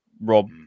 Rob